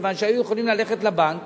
מכיוון שהיו יכולים ללכת לבנק